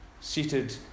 seated